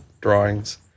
drawings